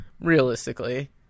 realistically